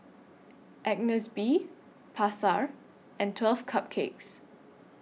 Agnes B Pasar and twelve Cupcakes